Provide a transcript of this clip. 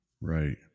Right